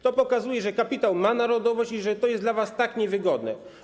To pokazuje, że kapitał ma narodowość i że jest to dla was niewygodne.